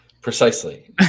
precisely